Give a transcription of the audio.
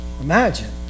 imagine